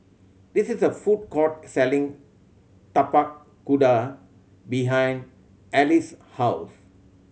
this is a food court selling Tapak Kuda behind Alys' house